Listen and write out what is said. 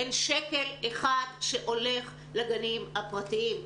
אין שקל אחד שהולך לגנים הפרטיים.